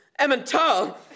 Emmental